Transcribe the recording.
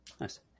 Nice